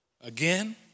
Again